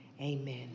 Amen